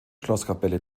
schlosskapelle